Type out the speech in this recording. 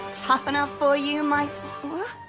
tough enough for you, my ah